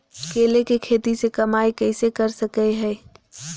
केले के खेती से कमाई कैसे कर सकय हयय?